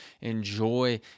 enjoy